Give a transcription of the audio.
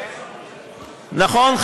נכון,